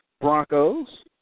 Broncos